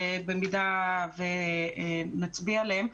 במידה ותצביעו עליהן,